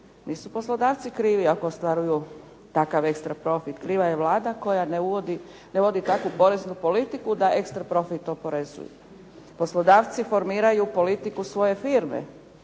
Nisu poslodavci krivi ako ostvaruju takav ekstra profit. Kriva je Vlada koja ne vodi takvu poreznu politiku da ekstra profit oporezuju. Poslodavci formiraju politiku svoje firme